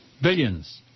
Billions